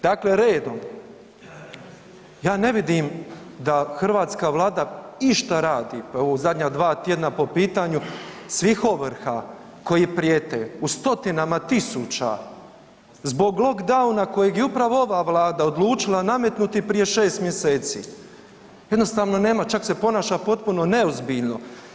Dakle, redom ja ne vidim da hrvatska vlada išta radi, pa evo u zadnja dva tjedna po pitanju svih ovrha koji prijete u stotinama tisuća zbog lockdowna kojeg je upravo ova vlada odlučila nametnuti prije 6 mjeseci, jednostavno nema, čak se ponaša potpuno neozbiljno.